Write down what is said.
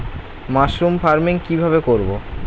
Mushroom farming কি ভাবে করব?